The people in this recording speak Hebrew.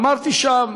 ואמרתי שם